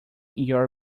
your